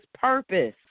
purpose